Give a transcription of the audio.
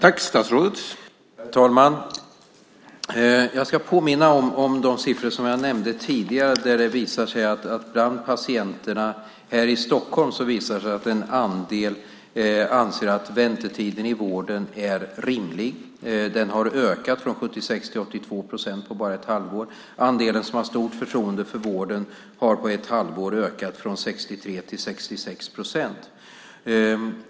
Herr talman! Jag ska påminna om de siffror som jag nämnde tidigare, där det visar sig att bland patienterna i Stockholm anser en andel att väntetiden i vården är rimlig. Andelen har ökat från 76 till 82 procent på bara ett halvår. Andelen som har ett stort förtroende för vården har på ett halvår ökat från 63 till 66 procent.